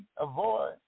avoid